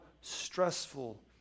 stressful